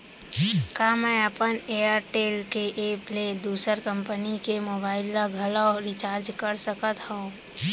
का मैं अपन एयरटेल के एप ले दूसर कंपनी के मोबाइल ला घलव रिचार्ज कर सकत हव?